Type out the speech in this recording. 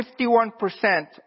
51%